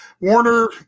Warner